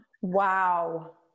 wow